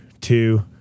two